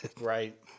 Right